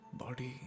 body